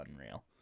unreal